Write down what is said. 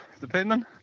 depending